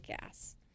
gas